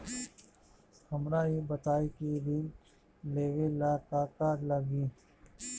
हमरा ई बताई की ऋण लेवे ला का का लागी?